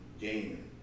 gaming